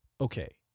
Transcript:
okay